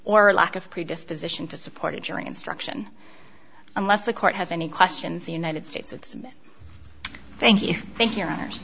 or lack of predisposition to support a jury instruction unless the court has any questions the united states its thank you thank your hono